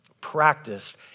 practiced